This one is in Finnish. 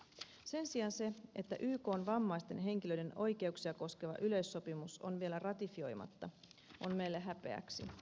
sen sijaan se että ykn vammaisten henkilöiden oikeuksia koskeva yleissopimus on vielä ratifioimatta on meille häpeäksi